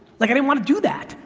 like i mean want to do that.